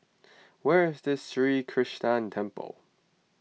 where is Sri Krishnan Temple